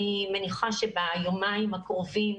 אני מניחה שביומיים הקרובים,